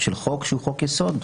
של חוק שהוא חוק יסוד,